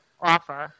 offer